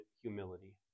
humility